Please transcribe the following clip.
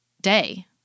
day